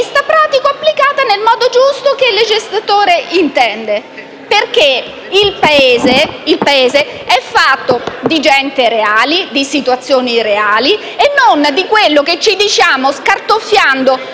di gente reale e situazioni reali e non di quello che ci diciamo, scartoffiando di qui e di là, tra Camera e Senato, Commissione su Commissione, in fretta, svolgendo audizioni frettolose e non approfondendo